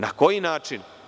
Na koji način?